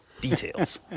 details